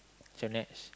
so next